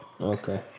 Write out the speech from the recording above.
okay